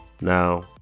now